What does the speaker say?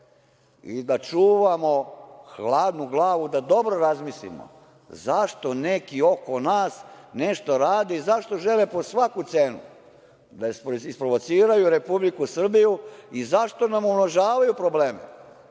i da čuvamo hladnu glavu, da dobro razmislimo, što neki oko nas nešto rade i zašto žele po svaku cenu da isprovociraju Republiku Srbiju i zašto nam umnožavaju probleme,